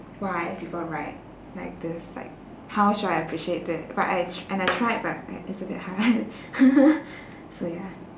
why people write like this like how should I appreciate it but I tr~ and I tried but yeah it's a bit hard so ya